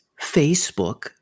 Facebook